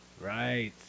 Right